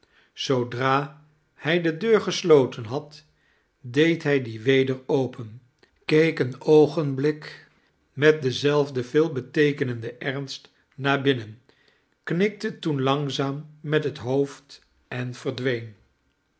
zoodra hij de deur gesloten had deed hij die weder open keek een oogenblik met denzelfden veelbeteekenenden ernst naar binnen knikte toen langzaam met het hoofd en verdween